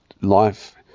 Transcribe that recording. life